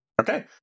Okay